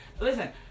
listen